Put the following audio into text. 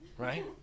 Right